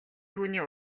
түүний